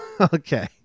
Okay